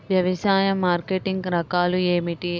వ్యవసాయ మార్కెటింగ్ రకాలు ఏమిటి?